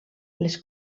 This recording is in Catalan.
les